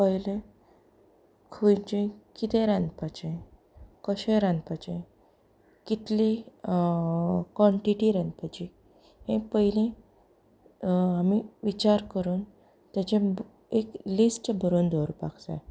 पयलें खंयचें कितें रांदपाचें कशें रांदपाचें कितलीं कॉनटिटी रांदपाची हें पयलीं आमीं विचार करून ताचें एक लिस्ट बरोवन दवरपाक जाय